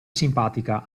simpatica